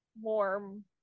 warm